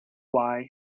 why